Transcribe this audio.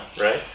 right